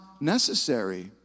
necessary